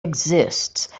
exists